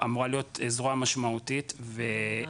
אמורה להיות זרוע משמעותית ודומיננטית,